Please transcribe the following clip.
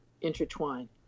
intertwine